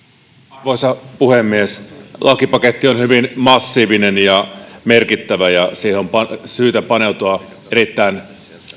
arvoisa puhemies lakipaketti on hyvin massiivinen ja merkittävä ja siihen on syytä paneutua erittäin